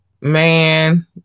man